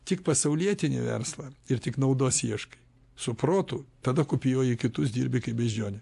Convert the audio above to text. tik pasaulietinį verslą ir tik naudos ieškai su protu tada kopijuoji kitus dirbi kaip beždžionė